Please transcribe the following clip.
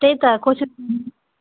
त्यही त कोसिस